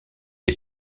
est